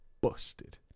Busted